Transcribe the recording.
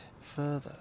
further